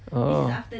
oh